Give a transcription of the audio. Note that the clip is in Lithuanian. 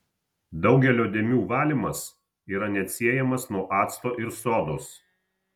daugelio dėmių valymas yra neatsiejamas nuo acto ir sodos